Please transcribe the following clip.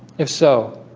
if so,